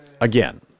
Again